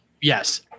yes